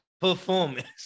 performance